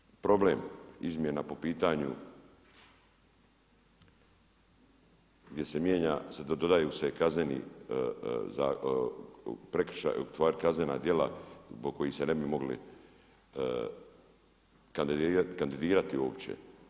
Smatram da problem izmjena po pitanju gdje se mijenja, dodaju se kazneni prekršaji, ustvari kaznena djela zbog kojih se ne bi mogli kandidirati uopće.